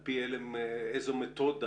על פי איזו מתודה,